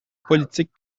politique